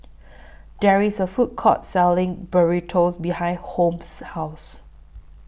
There IS A Food Court Selling Burrito behind Holmes' House